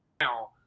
now